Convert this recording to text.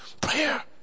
Prayer